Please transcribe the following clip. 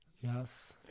Yes